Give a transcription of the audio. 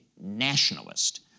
nationalist